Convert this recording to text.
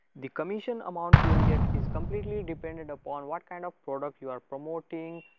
the commission amount you will get is completely dependent upon what kind of product you are promoting,